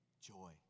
Joy